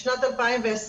בשנת 2020,